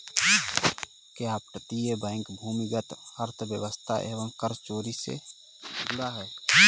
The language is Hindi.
क्या अपतटीय बैंक भूमिगत अर्थव्यवस्था एवं कर चोरी से जुड़ा है?